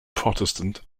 protestant